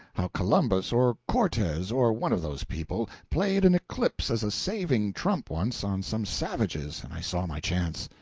how columbus, or cortez, or one of those people, played an eclipse as a saving trump once, on some savages, and i saw my chance.